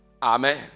Amen